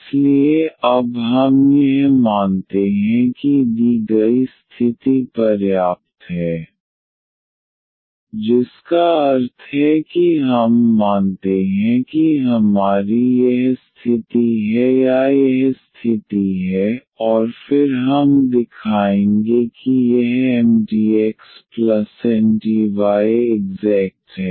इसलिए अब हम यह मानते हैं कि दी गई स्थिति पर्याप्त है जिसका अर्थ है कि हम मानते हैं कि हमारी यह स्थिति है या यह स्थिति है और फिर हम दिखाएंगे कि यह MdxNdy इग्ज़ैक्ट है